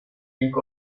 ilk